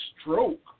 stroke